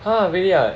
!huh! really ah